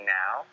now